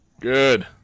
good